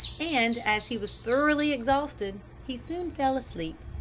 and as he was thoroughly exhausted, he soon fell asleep.